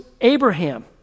Abraham